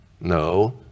No